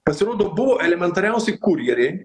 pasirodo buvo elementariausi kurjeriai